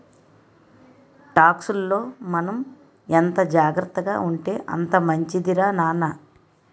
టాక్సుల్లో మనం ఎంత జాగ్రత్తగా ఉంటే అంత మంచిదిరా నాన్న